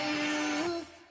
youth